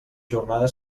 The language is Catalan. jornada